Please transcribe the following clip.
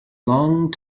long